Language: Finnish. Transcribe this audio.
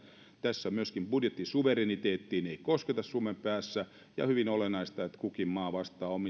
tässä on myöskin että budjettisuvereniteettiin ei kosketa suomen päässä ja hyvin olennaista että kukin maa vastaa